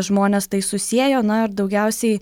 žmonės tai susiejo na ir daugiausiai